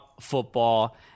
football